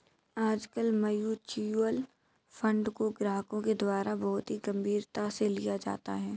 आजकल mutual fund को ग्राहकों के द्वारा बहुत ही गम्भीरता से लिया जाता है